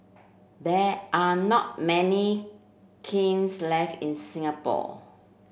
there are not many kilns left in Singapore